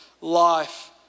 life